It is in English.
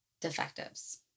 defectives